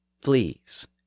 fleas